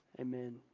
Amen